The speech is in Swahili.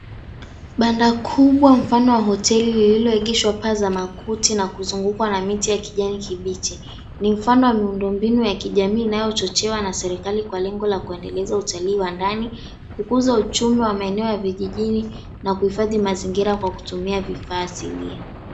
Banda kubwa mfano wa hoteli lililoegezwa paa za makuti na kuzungukwa na miti ya kijani kibichi, ni mfano wa miundo mbinu ya kijamii inayochochewa na serikali kwa lengo la kuendeleza utalii wa ndani, kukuza uchumi wa maeneo ya vijijini, na kuhifadhi mazingira kwa kutumia vifaa asilia.